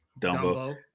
Dumbo